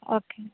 okay